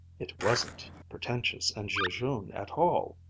it wasn't pretentious and jejune at all!